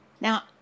Now